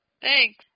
Thanks